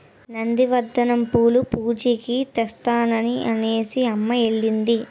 నంది వర్ధనం పూలు పూజకి తెత్తాను అనేసిఅమ్మ ఎల్లింది